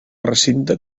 recinte